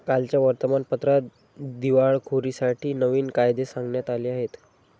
कालच्या वर्तमानपत्रात दिवाळखोरीसाठी नवीन कायदे सांगण्यात आले आहेत